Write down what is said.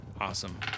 Awesome